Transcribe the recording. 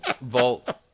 vault